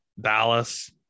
Dallas